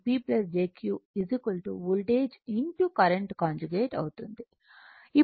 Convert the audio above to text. కాబట్టి P jQ voltage current conjugate అవుతుంది